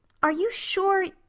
are you sure.